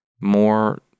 more